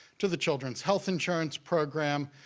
to the children's health insurance program,